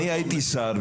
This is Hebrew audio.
אני הייתי שר.